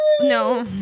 No